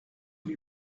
lui